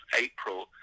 April